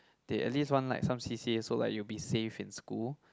they at least want like some C_C_A so like you'll be safe in school